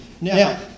Now